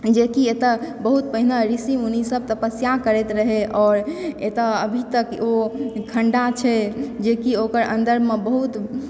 जेकि एतऽ बहुत पहिने ऋषि मुनि सभ तपस्या करैत रहै आओर एतऽ अभी तक ओ खद्धा छै जेकि ओकर अन्दरमे बहुत